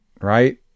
right